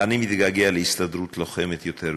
אני מתגעגע להסתדרות לוחמת יותר.